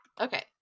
Okay